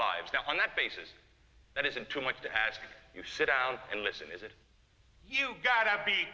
lives now on that basis that isn't too much to ask you sit out and listen is it you gotta be